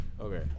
Okay